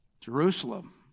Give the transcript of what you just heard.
Jerusalem